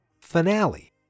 finale